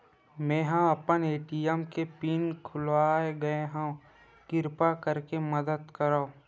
मेंहा अपन ए.टी.एम के पिन भुला गए हव, किरपा करके मदद करव